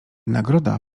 nagroda